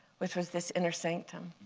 which was this inner sanctum.